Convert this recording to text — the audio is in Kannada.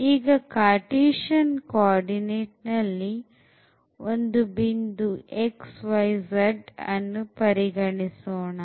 ಈಗ cartesian coordinate ನಲ್ಲಿ ಒಂದು ಬಿಂದು xyz ಅನ್ನು ಪರಿಗಣಿಸೋಣ